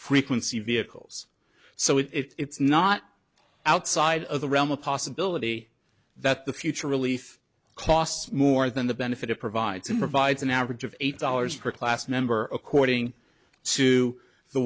frequency vehicles so it's not outside of the realm of possibility that the future relief costs more than the benefit it provides in provides an average of eight dollars per class member according to the